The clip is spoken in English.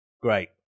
Great